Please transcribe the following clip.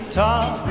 top